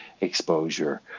exposure